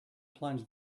plunge